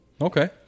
Okay